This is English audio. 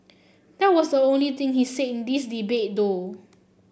that was the only thing he's said in this debate though